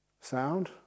Sound